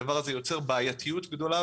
הדבר הזה יוצר בעייתיות גדולה,